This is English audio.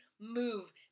move